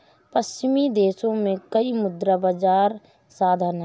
पश्चिमी देशों में कई मुद्रा बाजार साधन हैं